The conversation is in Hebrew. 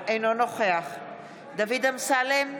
אינו נוכח דוד אמסלם,